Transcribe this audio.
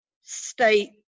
state